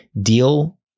deal